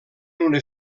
una